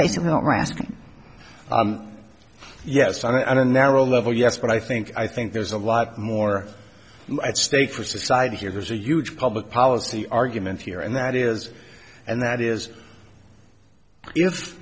basically don't ask yes i don't narrow level yes but i think i think there's a lot more at stake for society here there's a huge public policy argument here and that is and that is i